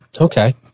Okay